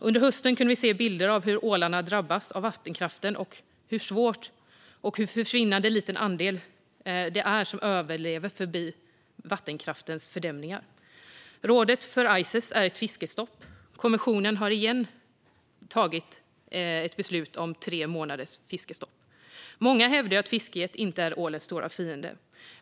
Under hösten kunde vi se bilder av hur ålarna drabbas av vattenkraften och vilken försvinnande liten andel det är som överlever förbi vattenkraftens fördämningar. Rådet från ICES är ett fiskestopp. Men kommissionen har återigen fattat ett beslut om tre månaders fiskestopp. Många hävdar att fisket inte är ålens stora fiende.